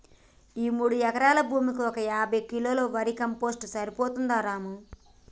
ఈ మూడు ఎకరాల భూమికి ఒక యాభై కిలోల వర్మీ కంపోస్ట్ సరిపోతుందా రాము